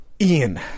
Ian